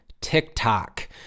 TikTok